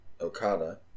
Okada